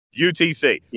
UTC